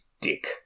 Dick